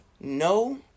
no